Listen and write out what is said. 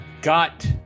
got